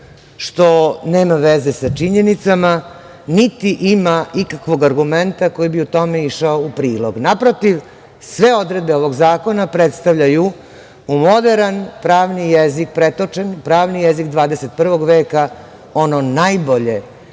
što nema veze sa činjenicama, niti ima ikakvog argumenta koji bi tome išao u prilog. Naprotiv, sve odredbe ovog zakona predstavljaju moderan pravni jezik, pretočen, pravni jezik 21. veka, ono najbolje,